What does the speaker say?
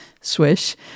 swish